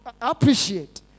appreciate